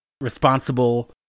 responsible